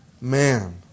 man